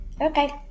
Okay